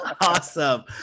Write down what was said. Awesome